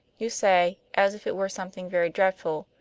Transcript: you say, as if it were something very dreadful,